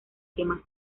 quema